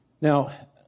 Now